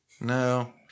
No